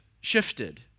shifted